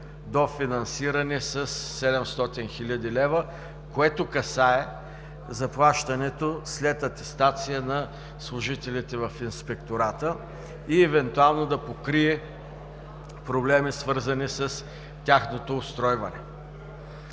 дофинансиране със 700 хил. лв., което касае заплащането, след атестация на служителите в Инспектората и евентуално да покрие проблеми, свързани с тяхното устройване.